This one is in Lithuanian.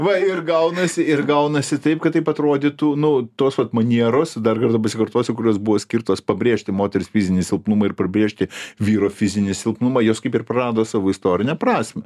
va ir gaunasi ir gaunasi taip kad taip atrodytų nu tos va manieros dar kartą pasikartosiu kurios buvo skirtos pabrėžti moters fizinį silpnumą ir pabrėžti vyro fizinį silpnumą jos kaip ir prarado savo istorinę prasmę